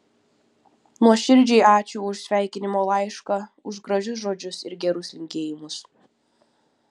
nuoširdžiai ačiū už sveikinimo laišką už gražius žodžius ir gerus linkėjimus